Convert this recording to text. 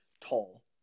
tall